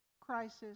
crisis